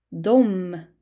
Dom